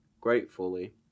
gratefully